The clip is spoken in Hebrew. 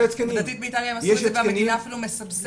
לדעתי באיטליה הם עשו את זה והמדינה אפילו מסבסדת,